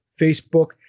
Facebook